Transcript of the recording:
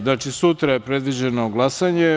Znači, sutra je predviđeno glasanje.